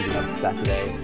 Saturday